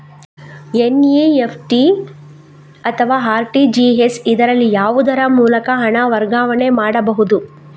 NEFT ಅಥವಾ RTGS, ಇದರಲ್ಲಿ ಯಾವುದರ ಮೂಲಕ ಹಣ ವರ್ಗಾವಣೆ ಮಾಡಬಹುದು?